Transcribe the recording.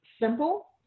simple